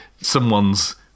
someone's